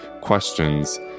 questions